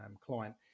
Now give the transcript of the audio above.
client